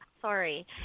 sorry